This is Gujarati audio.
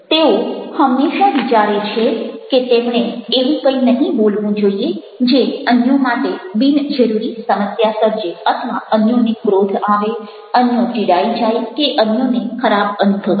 તેઓ હંમેશા વિચારે છે કે તેમણે એવું કંઈ નહિ બોલવું જોઈએ જે અન્યો માટે બિનજરૂરી સમસ્યા સર્જે અથવા અન્યોને ક્રોધ આવે અન્યો ચિડાઈ જાય કે અન્યોને ખરાબ અનુભવાય